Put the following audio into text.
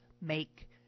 make